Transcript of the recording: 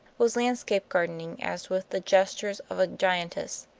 was landscape gardening as with the gestures of a giantess.